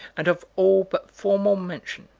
and of all but formal mention,